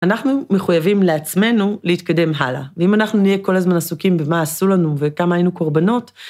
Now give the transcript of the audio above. אנחנו מחויבים לעצמנו להתקדם הלאה. ואם אנחנו נהיה כל הזמן עסוקים במה עשו לנו וכמה היינו קורבנות,